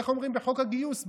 איך אומרים בחוק הגיוס?